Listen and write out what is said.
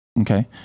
Okay